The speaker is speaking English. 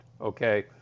okay